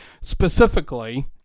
specifically